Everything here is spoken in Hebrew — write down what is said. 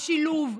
השילוב,